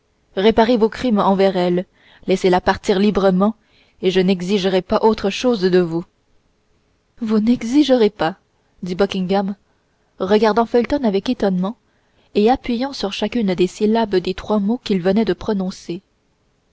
réparez vos crimes envers elle laissez-la partir librement et je n'exigerai pas autre chose de vous vous n'exigerez pas dit buckingham regardant felton avec étonnement et appuyant sur chacune des syllabes des trois mots qu'il venait de prononcer